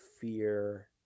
fear